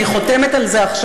אני חותמת על זה עכשיו,